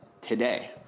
today